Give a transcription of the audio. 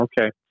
okay